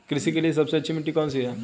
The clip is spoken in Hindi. कृषि के लिए सबसे अच्छी मिट्टी कौन सी है?